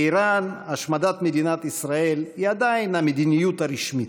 באיראן השמדת מדינת ישראל היא עדיין המדיניות הרשמית.